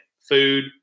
food